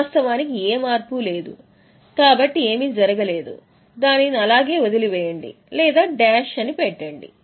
వాస్తవానికి ఏ మార్పు లేదు కాబట్టి ఏమీ జరగలేదు దానిని అలాగే వదిలివేయండి లేదా డాష్ అని పెట్టండి